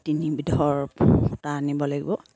তিনিবিধৰ সূতা আনিব লাগিব